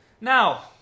Now